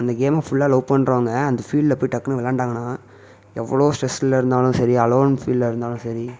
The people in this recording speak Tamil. அந்த கேமை ஃபுல்லாக லவ் பண்ணுறவங்க அந்த ஃபீல்டில் போய் டக்குன்னு விளாண்டாங்கன்னா எவ்வளோ ஸ்ட்ரெஸில் இருந்தாலும் சரி அலோவன் ஃபீல்ல இருந்தாலும் சரி